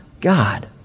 God